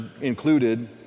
included